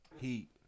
Heat